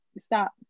stop